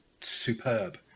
superb